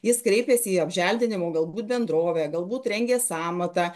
jis kreipiasi į apželdinimo galbūt bendrovę galbūt rengia sąmatą